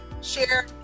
share